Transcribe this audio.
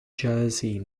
jersey